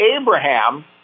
Abraham